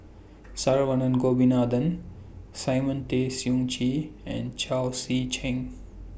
Saravanan Gopinathan Simon Tay Seong Chee and Chao Tzee Cheng